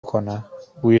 کنم، بوی